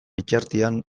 bitartean